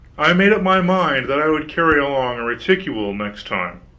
i made up my mind that i would carry along a reticule next time,